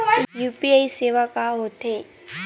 UPI सेवा का होथे?